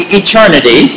eternity